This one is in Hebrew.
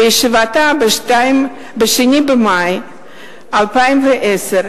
בישיבתה ב-2 במאי 2010,